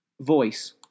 voice